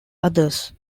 others